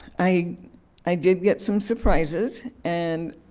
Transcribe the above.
i i did get some surprises, and,